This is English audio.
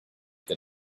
that